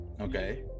Okay